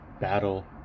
Battle